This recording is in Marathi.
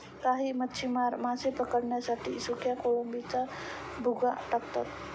काही मच्छीमार मासे पकडण्यासाठी सुक्या कोळंबीचा भुगा टाकतात